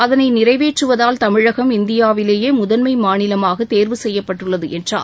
அதளை நிறைவேற்றுவதால் தமிழகம் இந்தியாவிலேயே முதன்மை மாநிலமாக தேர்வு செய்யப்பட்டுள்ளது என்றார்